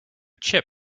chip